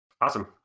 Awesome